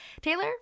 Taylor